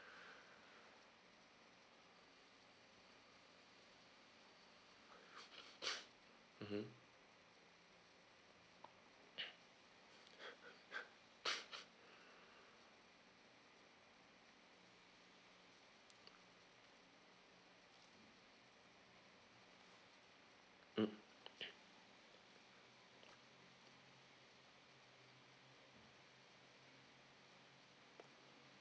mmhmm mm